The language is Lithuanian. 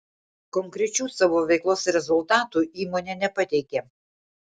konkrečių savo veiklos rezultatų įmonė nepateikė